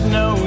no